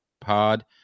pod